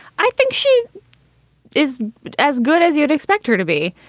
i think she is as good as you'd expect her to be.